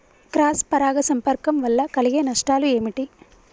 Cross పరాగ సంపర్కం వల్ల కలిగే నష్టాలు ఏమిటి?